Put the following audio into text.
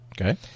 Okay